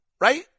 right